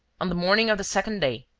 on the morning of the second day,